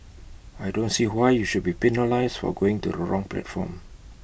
I don't see why you should be penalised for going to the wrong platform